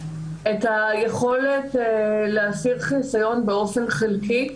את היכולת להסיר חיסיון באופן חלקי.